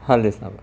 हले साहब